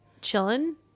chilling